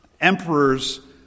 emperors